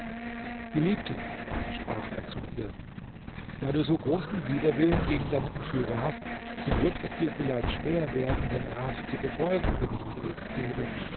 geliebte sprach er zu ihr da du so großen widerwillen gegen deinen entführer hast so wird es dir vielleicht schwer werden den rat zu befolgen den ich dir jetzt gebe